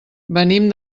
venim